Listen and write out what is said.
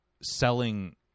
selling